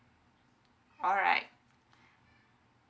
alright